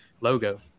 logo